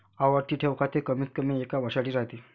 आवर्ती ठेव खाते कमीतकमी एका वर्षासाठी राहते